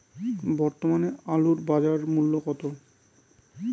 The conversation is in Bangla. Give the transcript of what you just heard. বর্তমানে আলুর বাজার মূল্য কত?